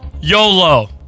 YOLO